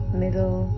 middle